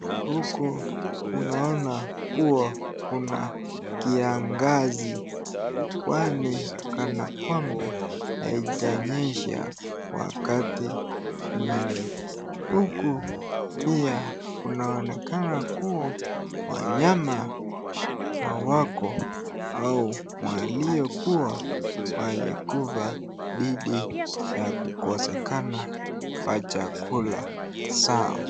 Huku nanina kuwa kuna kiangazi, kwani kana kwamba haijanyesha wakati mingi, huku pia inaonekana kuwa wanyama hawako au walikuwa walikufa dhidi ya kukosekana kwa chakula zao.